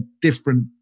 different